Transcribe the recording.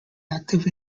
active